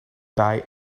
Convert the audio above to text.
die